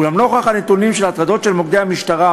אולם נוכח הנתונים של הטרדות של מוקדי המשטרה,